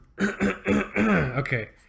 Okay